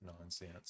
nonsense